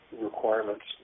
requirements